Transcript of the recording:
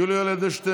יולי יואל אדלשטיין,